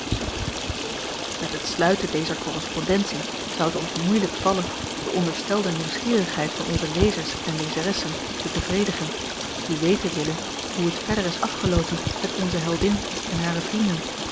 met het sluiten dezer correspondentie zou het ons moeilijk vallen de onderstelde nieuwsgierigheid van onze lezers en lezeressen te bevredigen die weten willen hoe het verder is afgeloopen met onze heldin en hare vrienden